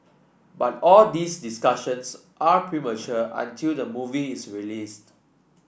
but all these discussions are premature until the movie is released